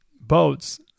boats